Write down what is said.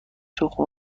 تخم